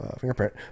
fingerprint